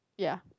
ya